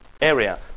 area